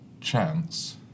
chance